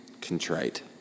contrite